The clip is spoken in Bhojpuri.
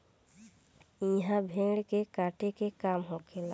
इहा भेड़ के काटे के काम होखेला